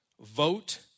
vote